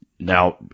Now